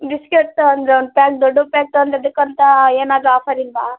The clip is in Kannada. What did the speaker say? ಬಿಸ್ಕೇಟ್ ತಗೊಂಡ್ರೆ ಒನ್ ಪ್ಯಾಕ್ ದೊಡ್ಡ ಪ್ಯಾಕ್ ತಗೊಂಡ್ರೆ ಅದಕ್ಕೇಂತ ಏನಾದರೂ ಆಫರ್ ಇಲ್ಲವಾ